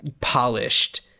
polished